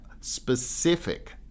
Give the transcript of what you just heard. specific